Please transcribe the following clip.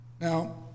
Now